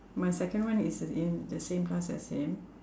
my second one is in the same class as him